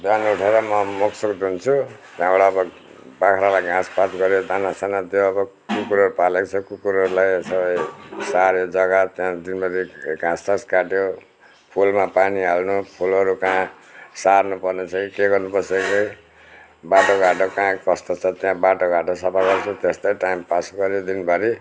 बिहान उठेर म मुख सुख धुन्छु त्यहाँबाट अब बाख्रालाई घाँसपात गरेर दानासाना दियो अब कुकुरहरू पालेको छ कुकुरहरूलाई यसो साऱ्यो जग्गा त्यहाँ दिनभरि घाँससास काट्यो फुलमा पानी हाल्नु फुलहरू कहाँ सार्नु पर्नेछ कि के गर्नु पर्छ कि बाटोघाटो कहाँ कस्तो छ त्यहाँ बाटोघाटो सफा गर्छु त्यस्तै टाइम पास गऱ्यो दिनभरि